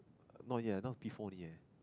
not yet not before only leh